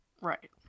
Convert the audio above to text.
Right